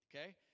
Okay